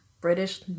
British